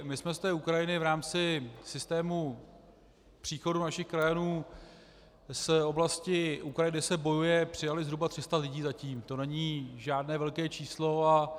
My jsme z té Ukrajiny v rámci systému příchodu našich krajanů z oblasti Ukrajiny, kde se bojuje, přijali zhruba 300 lidí zatím, což není žádné velké číslo.